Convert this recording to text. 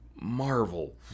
Marvel